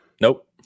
Nope